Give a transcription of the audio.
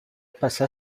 passa